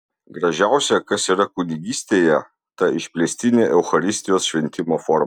gražiausia kas yra kunigystėje ta išplėstinė eucharistijos šventimo forma